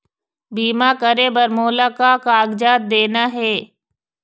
बीमा करे बर मोला का कागजात देना हे?